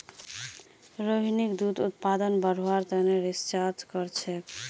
रोहिणी दूध उत्पादन बढ़व्वार तने रिसर्च करछेक